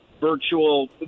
virtual